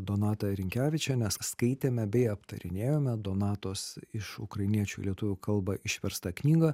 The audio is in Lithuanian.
donata rinkevičiene skaitėme bei aptarinėjome donatos iš ukrainiečių lietuvių kalbą išverstą knygą